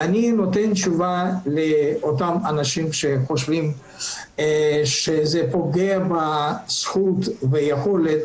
ואני נותן תשובה לאותם אנשים שחושבים שזה פוגע בזכות וביכולת